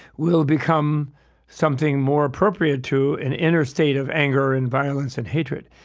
will become something more appropriate to an inner state of anger and violence and hatred.